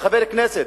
כחבר הכנסת,